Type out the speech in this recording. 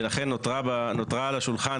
ולכן נותרה על השולחן,